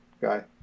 guy